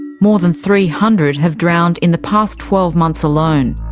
more than three hundred have drowned in the past twelve months alone.